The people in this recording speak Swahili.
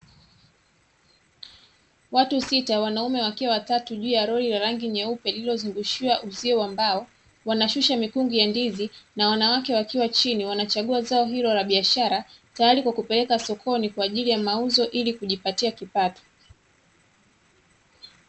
Watu sita wanaume wakiwa watatu juu ya lori na rangi nyeupe lililozungushiwa uzio wa mbao, wanashusha mikungu ya ndizi na wanawake wakiwa chini wanachagua zao hilo la biashara, tayari kwa kupeleka sokoni kwa ajili ya mauzo ili kujipatia kipato.